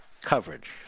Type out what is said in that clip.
coverage